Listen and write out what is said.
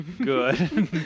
good